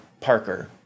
Parker